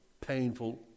painful